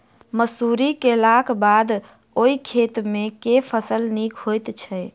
मसूरी केलाक बाद ओई खेत मे केँ फसल नीक होइत छै?